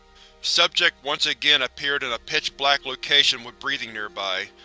subject once again appeared in a pitch black location with breathing nearby.